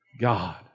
God